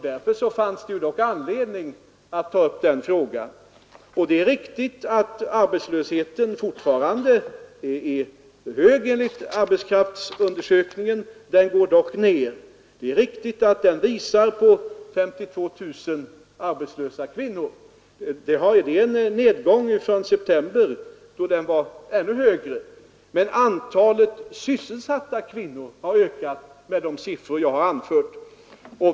Därför fanns det anledning att ta upp den frågan. Det är riktigt att arbetslösheten fortfarande är hög enligt arbetskraftsundersökningen. Arbetslösheten går dock ned. Det är riktigt att undersökningen visar på 52 000 arbetslösa kvinnor. Det är en nedgång från september, då siffran var ännu högre. Men antalet sysselsatta kvinnor har ökat med de siffror jag har nämnt.